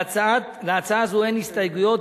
להצעה זו אין הסתייגויות,